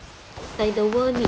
like the world nee~